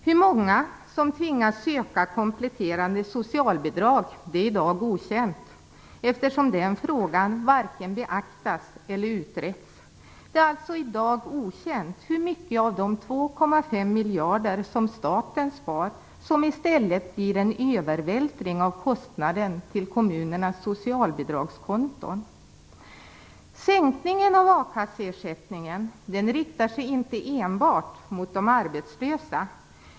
Hur många som i dag tvingas söka kompletterande socialbidrag är okänt, eftersom den frågan varken har beaktats eller utretts. Det är alltså i dag okänt hur mycket av dessa 2,5 miljarder som staten sparar som i stället leder till en övervältring av kostnaden till kommunernas socialbidragskonton. Sänkningen av a-kasseersättningen riktar sig inte enbart mot de arbetslösa.